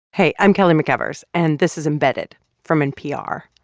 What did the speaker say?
hey, i'm kelly mcevers. and this is embedded from npr.